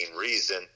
reason